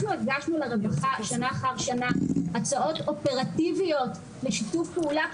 אנחנו הגשנו לרווחה שנה אחר שנה הצעות אופרטיביות לשיתוף פעולה.